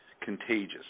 contagious